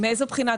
מאיזו בחינה?